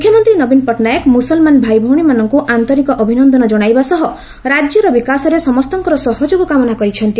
ମୁଖ୍ୟମନ୍ତୀ ନବୀନ ପଟ୍ଟନାୟକ ମୁସଲମାନ ଭାଇଭଉଣୀମାନଙ୍କୁ ଆନ୍ତରିକ ଅଭିନନ୍ଦନ ଜଣାଇବା ସହ ରାଜ୍ୟର ବିକାଶରେ ସମସ୍ତଙ୍କର ସହଯୋଗ କାମନା କରିଛନ୍ତି